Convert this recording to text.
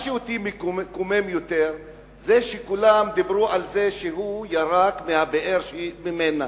מה שאותי קומם יותר הוא שכולם דיברו על זה שהוא ירק לבאר שקיבל ממנה,